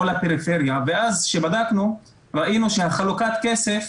לפריפריה ואז כשבדקנו ראינו שחלוקת הכסף